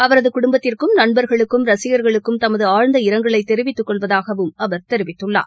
அவரதுகுடும்பத்திற்கும் நண்பர்களுக்கும் ரசிகர்களுக்கும் தமதுஆம்ந்த இரங்கலைதெரிவித்துக்கொள்வதாகவும் அவர் தெரிவித்துள்ளார்